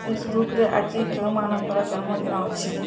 ଫେସବୁକ୍ରେ ଆଜି କେଉଁମାନଙ୍କର ଜନ୍ମଦିନ ଅଛି